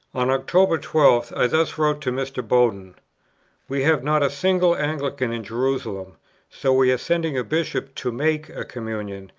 on october twelfth, i thus wrote to mr. bowden we have not a single anglican in jerusalem so we are sending a bishop to make a communion,